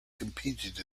competed